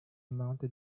mounted